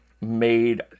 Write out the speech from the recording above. made